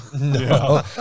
No